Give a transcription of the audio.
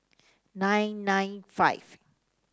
nine nine five